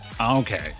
okay